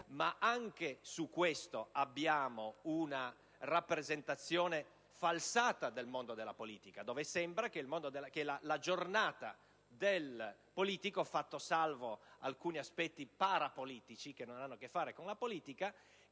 Eppure, esiste una rappresentazione falsata del mondo della politica, dove sembra che la giornata del politico, fatti salvi alcuni aspetti parapolitici, che non hanno nulla a che fare con la politica